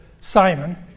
Simon